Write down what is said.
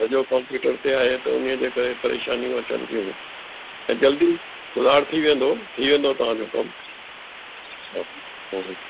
सॼो कंप्यूटर ते आहे त उन्हीअ जे करे परेशानियूं अचनि थियूं ऐं जल्दी थी वेंदो तयारु थी वेंदो तव्हां जो कमु हा